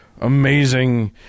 amazing